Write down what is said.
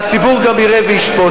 והציבור גם יראה וישפוט.